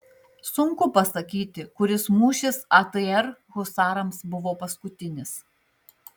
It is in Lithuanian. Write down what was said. sunku pasakyti kuris mūšis atr husarams buvo paskutinis